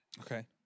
Okay